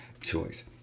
choice